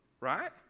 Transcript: right